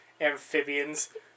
amphibians